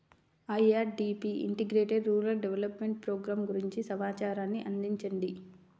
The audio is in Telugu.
IRDP integrated rural development program గురించి సమాచారాన్ని అందించండి?